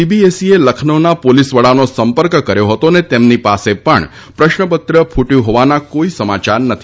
CBSE એ લખનૌના police વડાનો સંપર્ક કર્યો હતો અને તેમની પાસે પણ પ્રશ્નપત્ર ફૂટ્યું હોવાના કોઇ સમાચાર નથી